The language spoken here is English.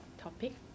topic